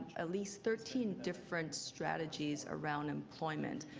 ah least thirteen different strategies around employment.